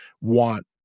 want